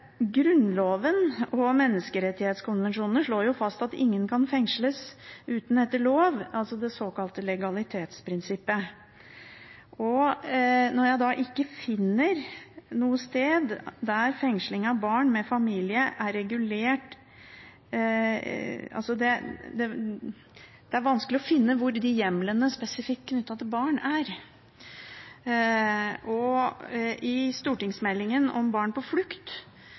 slår fast at ingen kan fengsles uten etter lov, det såkalte legalitetsprinsippet. Jeg finner ikke noe sted at fengsling av barn med familie er regulert – det er vanskelig å finne ut hvor hjemlene spesifikt knyttet til barn er. I stortingsmeldingen Barn på flukt